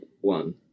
one